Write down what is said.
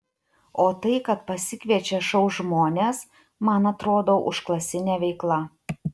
o tai kad pasikviečia šou žmones man atrodo užklasinė veikla